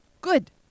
Good